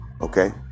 Okay